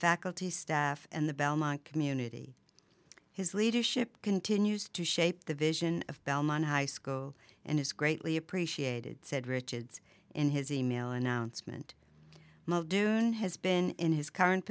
faculty staff and the belmont community his leadership continues to shape the vision of belmont high school and is greatly appreciated said richards in his e mail announcement doune has been in his current